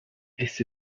this